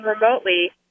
remotely